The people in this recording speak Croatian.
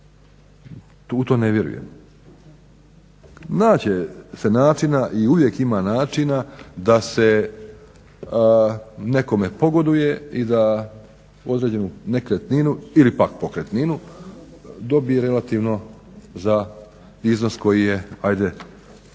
u to ne vjerujem. Nać se načina i uvijek ima načina da se nekome pogoduje i da određenu nekretninu ili pak pokretninu dobije relativno za iznos koji je ajde